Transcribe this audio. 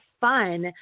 fun